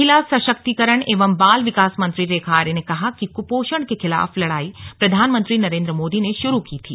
महिला सशक्तिकरण एवं बाल विकास मंत्री रेखा आर्य ने कहा कि कुपोषण के खिलाफ लड़ाई प्रधानमंत्री नरेंद्र मोदी ने शुरू की थी